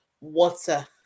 water